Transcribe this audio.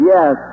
Yes